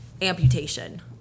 Amputation